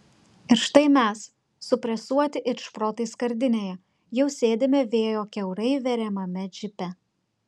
ir štai mes supresuoti it šprotai skardinėje jau sėdime vėjo kiaurai veriamame džipe